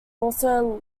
also